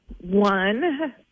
one